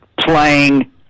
playing